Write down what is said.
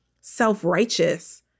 self-righteous